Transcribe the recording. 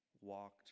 walked